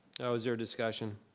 oh, is there a discussion?